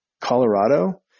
colorado